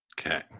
Okay